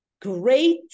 great